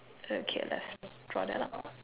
okay let's draw that out